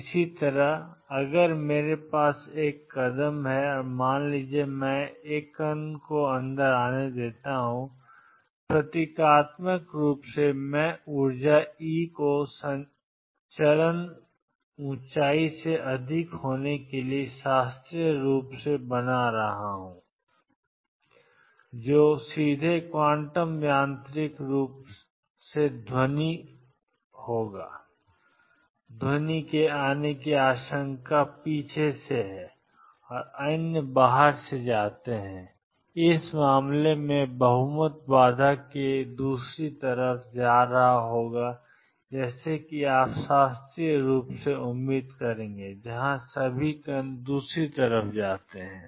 इसी तरह अगर मेरे पास एक कदम है और मान लीजिए मैं एक कण को अंदर आने देता हूं और प्रतीकात्मक रूप से मैं इस ऊर्जा ई को चरण ऊंचाई से अधिक होने के लिए शास्त्रीय रूप से बना रहा हूं कण सीधे क्वांटम यांत्रिक रूप से ध्वनि होगा कण ों के आने की संभावना है पीछे और अन्य बाहर जाते हैं इस मामले में बहुमत बाधा के दूसरी तरफ जा रहा होगा जैसा कि आप शास्त्रीय रूप से उम्मीद करेंगे जहां सभी कण दूसरी तरफ जाते हैं